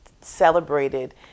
celebrated